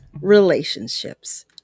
relationships